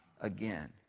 again